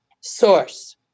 source